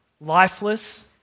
lifeless